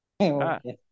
Okay